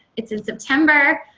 it's in september.